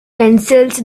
pencils